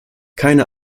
keine